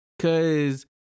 Cause